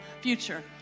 future